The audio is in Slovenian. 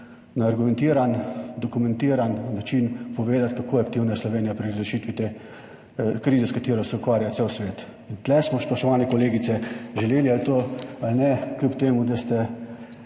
na argumentiran, dokumentiran način povedati kako je aktivna je Slovenija pri razrešitvi te krize s katero se ukvarja cel svet. In tukaj smo, spoštovane kolegice, želeli to ali ne, kljub temu, da ste